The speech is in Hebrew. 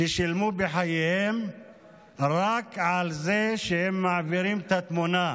ששילמו בחייהם רק על זה שהם מעבירים את התמונה,